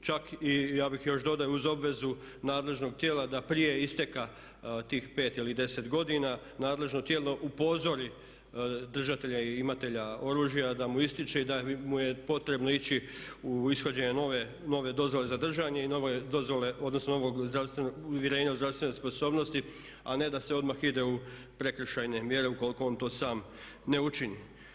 čak i ja bih još dodao uz obvezu nadležnog tijela da prije isteka tih 5 ili 10 godina nadležno tijelo upozori držatelja i imatelja oružja da mu ističe i da mu je potrebno ići u ishođenje nove dozvole za držanje i nove dozvole, odnosno novog uvjerenja o zdravstvenoj sposobnosti, a ne da se odmah ide u prekršajne mjere ukoliko on to sam ne učini.